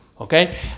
Okay